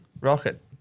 Rocket